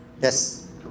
Yes